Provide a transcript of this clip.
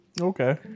Okay